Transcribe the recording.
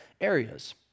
areas